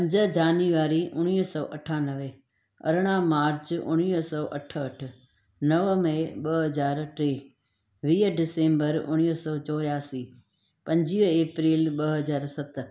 पंज जेनवरी उणिवीह सौ अठानवे अरिड़हं मार्च उणिवीह सौ अठहठि नव मई ॿ हज़ार टे वीह दिसम्बर उणिवीह सौ चोरासी पंजवीह अप्रैल ॿ हज़ार सत